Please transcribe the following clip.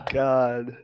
god